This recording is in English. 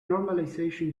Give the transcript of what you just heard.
normalization